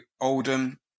Oldham